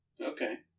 Okay